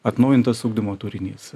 atnaujintas ugdymo turinys